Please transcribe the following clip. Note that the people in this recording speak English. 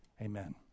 amen